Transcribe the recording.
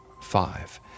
five